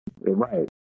Right